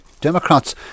Democrats